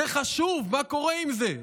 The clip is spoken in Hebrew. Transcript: זה חשוב, מה קורה עם זה?